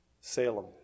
Salem